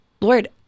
Lord